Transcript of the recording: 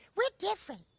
we're different.